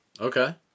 Okay